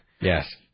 Yes